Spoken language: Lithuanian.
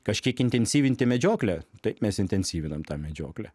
kažkiek intensyvinti medžioklę taip mes intensyvinam tą medžioklę